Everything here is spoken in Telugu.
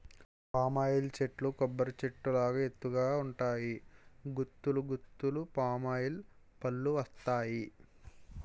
పామ్ ఆయిల్ చెట్లు కొబ్బరి చెట్టు లాగా ఎత్తు గ ఉంటాయి గుత్తులు గుత్తులు పామాయిల్ పల్లువత్తాయి